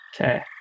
Okay